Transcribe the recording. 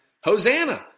Hosanna